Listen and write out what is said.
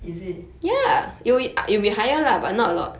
is it